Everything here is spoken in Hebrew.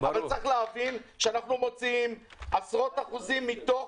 אבל צריך להבין שאנחנו מוציאים עשרות אחוזים מתוך